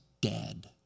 dead